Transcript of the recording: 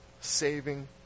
saving